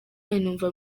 numva